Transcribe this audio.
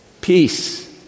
peace